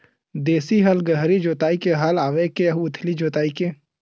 देशी हल गहरी जोताई के हल आवे के उथली जोताई के?